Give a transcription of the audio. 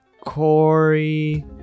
Corey